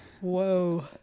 Whoa